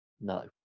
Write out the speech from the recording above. No